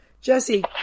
Jesse